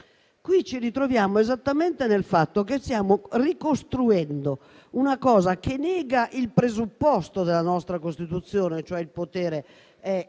Qui ci ritroviamo esattamente nella situazione che stiamo ricostruendo un qualcosa che nega il presupposto della nostra Costituzione, cioè che il potere è